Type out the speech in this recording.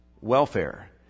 welfare